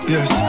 Yes